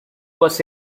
was